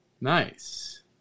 Nice